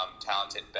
talented